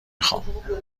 خوام